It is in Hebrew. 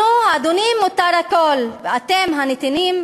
לנו, האדונים, מותר הכול ואתם הנתינים,